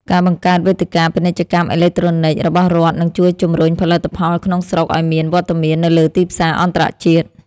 ការបង្កើតវេទិកាពាណិជ្ជកម្មអេឡិចត្រូនិចរបស់រដ្ឋនឹងជួយជម្រុញផលិតផលក្នុងស្រុកឱ្យមានវត្តមាននៅលើទីផ្សារអន្តរជាតិ។